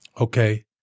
Okay